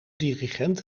dirigent